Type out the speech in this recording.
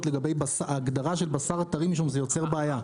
לגבי ההגדרה של בשר טרי משום שזה יוצר בעיה.